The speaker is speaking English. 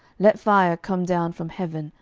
let fire come down from heaven,